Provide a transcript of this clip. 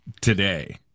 today